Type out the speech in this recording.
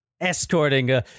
escorting